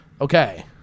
Okay